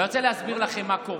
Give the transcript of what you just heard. ואני רוצה להסביר לכם מה קורה.